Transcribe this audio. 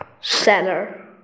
Seller